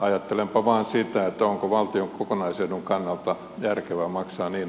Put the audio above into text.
ajattelenpa vain sitä onko valtion kokonaisedun kannalta järkevää maksaa niin alhaista palkkaa